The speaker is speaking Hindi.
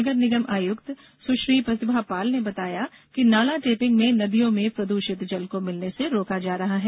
नगर निगम आयुक्त सुश्री प्रतिभा पाल ने बताया कि नाला टेपिंग में नदियों में प्रदूषित जल को मिलने से रोका जा रहा है